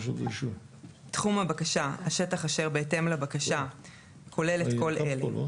"תחום הבקשה" השטח אשר בהתאם לבקשה כולל את כל אלה: